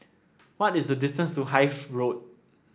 what is the distance to Hythe Road